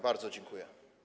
Bardzo dziękuję.